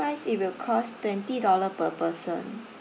wise it'll costs twenty dollar per person